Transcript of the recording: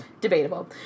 Debatable